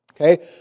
okay